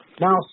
Now